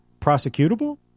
prosecutable